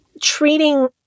treating